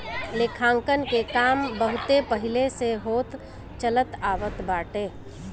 लेखांकन के काम बहुते पहिले से होत चलत आवत बाटे